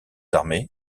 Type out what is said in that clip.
armées